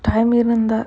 time இருந்தா:irunthaa